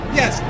yes